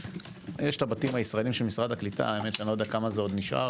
יש הבתים הישראליים של משרד הקליטה לא יודע כמה זה נשאר